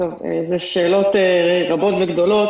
זה שאלות רבות וגדולות.